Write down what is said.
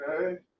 Okay